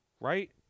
Right